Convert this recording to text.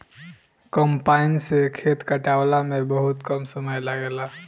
combine से खेत कटावला में बहुते कम समय लागेला